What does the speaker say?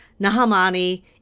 Nahamani